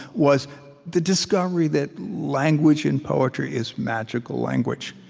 was the discovery that language in poetry is magical language.